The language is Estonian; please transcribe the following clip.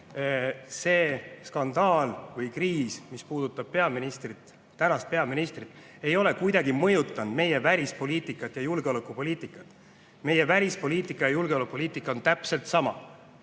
see skandaal või kriis, mis puudutab tänast peaministrit, ei ole kuidagi mõjutanud meie välispoliitikat ja julgeolekupoliitikat. Meie välispoliitika ja julgeolekupoliitika on täpselt sama.